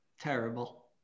Terrible